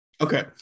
Okay